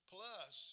Plus